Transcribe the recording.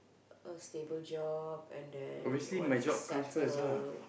a stable job and then once you settle